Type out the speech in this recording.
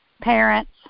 parents